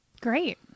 Great